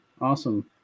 awesome